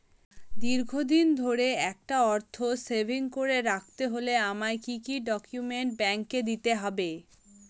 দীর্ঘদিন ধরে একটা অর্থ সেভিংস করে রাখতে হলে আমায় কি কি ডক্যুমেন্ট ব্যাংকে দিতে হবে?